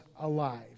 alive